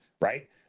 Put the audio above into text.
Right